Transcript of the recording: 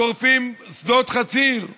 חבר הכנסת דב חנין, בבקשה,